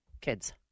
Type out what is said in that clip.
kids